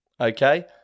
okay